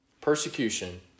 persecution